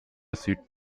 süd